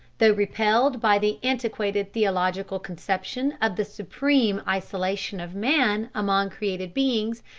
though repelled by the antiquated theological conception of the supreme isolation of man among created beings,